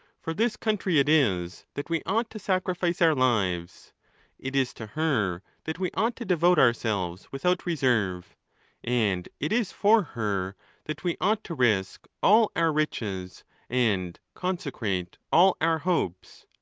for this country it is that we ought to sacrifice our lives it is to her that we ought to devote ourselves without reserve and it is for her that we ought to risk all our riches and consecrate all our hopes.